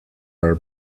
are